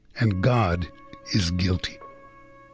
and god is guilty.